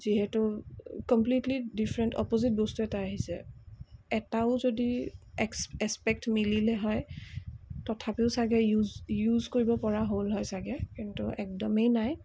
যিহেতু completely different opposite বস্তু এটা আহিছে এটাও যদি এক্স এক্সপেক্ট মিলিলে হয় তথাপিও চাগে ইউজ ইউজ কৰিব পৰা হ'ল হয় চাগে কিন্তু একদমেই নাই